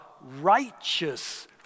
Righteous